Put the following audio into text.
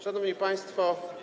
Szanowni Państwo!